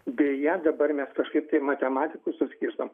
deja dabar mes kažkaip tai matematikus suskirstom